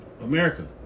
America